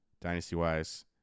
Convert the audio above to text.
Dynasty-wise